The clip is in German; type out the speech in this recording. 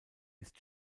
ist